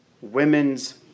women's